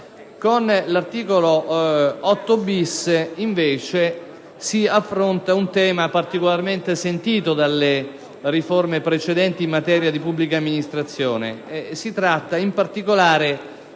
con l'articolo 8-*bis*, si affronta un tema particolarmente sentito dalle riforme precedenti in materia di pubblica amministrazione.